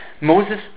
Moses